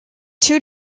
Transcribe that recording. two